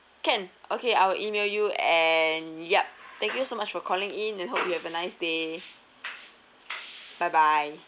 can okay I will email you and ya thank you so much for calling in and hope you have a nice day bye bye